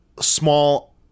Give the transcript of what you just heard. small